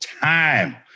time